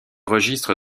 registre